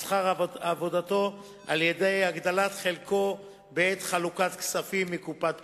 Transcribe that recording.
שכר עבודתו בהגדלת חלקו בעת חלוקת כספים מקופת פירוק.